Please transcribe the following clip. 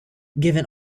given